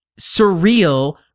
surreal